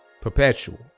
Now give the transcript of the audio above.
Perpetual